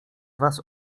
was